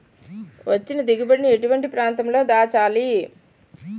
వచ్చిన దిగుబడి ని ఎటువంటి ప్రాంతం లో దాచాలి?